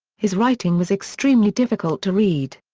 his writing was extremely difficult to read.